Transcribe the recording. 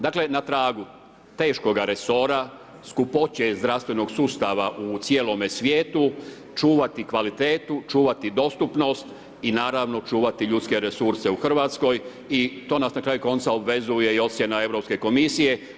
Dakle na tragu teškoga resora, skupoće zdravstvenog sustava u cijelome svijetu čuvati kvalitetu, čuvati dostupnost i naravno čuvati ljudske resurse u Hrvatskoj i to nas na kraju konca obvezuje i ocjena je Europske komisije.